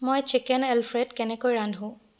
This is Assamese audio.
মই চিকেন এলফ্ৰেড কেনেকৈ ৰান্ধো